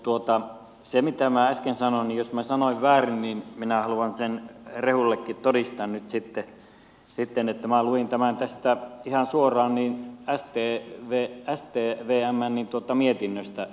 mutta se mitä minä äsken sanoin niin jos minä sanoin väärin niin minä haluan sen rehulallekin todistaa nyt että minä luin tämän ihan suoraan tästä stvn mietinnöstä